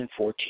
2014